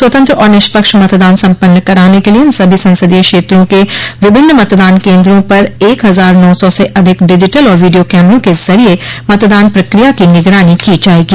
स्वतंत्र और निष्पक्ष मतदान सम्पन्न कराने के लिए इन सभी संसदीय क्षेत्रों के विभिन्न मतदान केन्द्रों पर एक हजार नौ सौ से अधिक डिजिटल और वीडियों कैमरों के ज़रिये मतदान प्रक्रिया की निगरानी की जायेगी